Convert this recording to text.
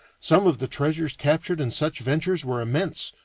some of the treasures captured in such ventures were immense,